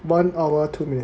one hour two minutes